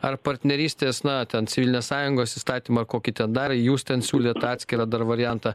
ar partnerystės na ten civilinės sąjungos įstatymą kokį ten dar jūs ten siūlėt atskirą dar variantą